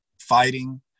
fighting